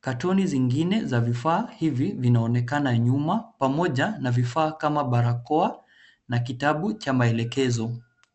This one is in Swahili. Katoni zingine za vifaa hivi vinaonekana nyuma, pamoja na vifaa kama barakoa na kitabu cha maelekezo.